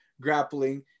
grappling